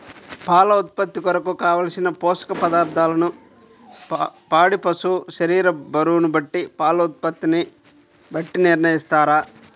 పాల ఉత్పత్తి కొరకు, కావలసిన పోషక పదార్ధములను పాడి పశువు శరీర బరువును బట్టి పాల ఉత్పత్తిని బట్టి నిర్ణయిస్తారా?